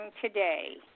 today